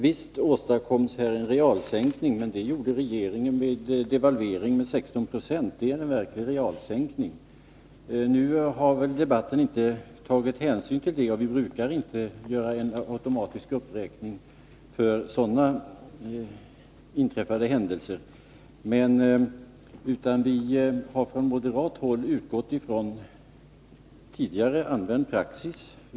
Visst åstadkom man en realsänkning, men det gjorde regeringen med en devalvering på 16 90. Det är en verklig realsänkning. Nu har debatten inte tagit hänsyn till det. Vi brukar inte göra en automatisk uppräkning för sådana inträffade händelser, utan vi har från moderat håll utgått från tidigare använd praxis.